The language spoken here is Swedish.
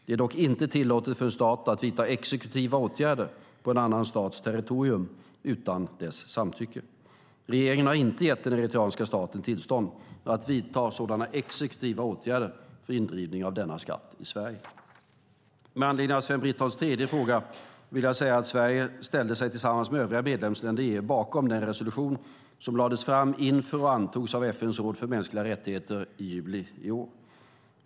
Det är dock inte tillåtet för en stat att vidta exekutiva åtgärder på en annan stats territorium utan dess samtycke. Regeringen har inte gett den eritreanska staten tillstånd att vidta sådana exekutiva åtgärder för indrivning av denna skatt i Sverige. Med anledning av Sven Brittons tredje fråga vill jag säga att Sverige ställde sig tillsammans med övriga medlemsländer i EU bakom den resolution som lades fram inför och antogs av FN:s råd för mänskliga rättigheter i juli i år.